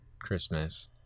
Christmas